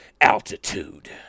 Altitude